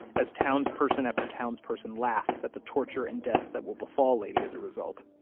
as townsperson after townsperson laughs at the torture and death that will befall lady as a result,